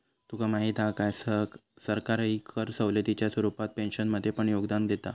तुका माहीत हा काय, सरकारही कर सवलतीच्या स्वरूपात पेन्शनमध्ये पण योगदान देता